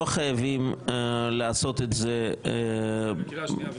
חייבים לעשות את זה -- נעשה בקריאה שנייה ושלישית.